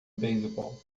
beisebol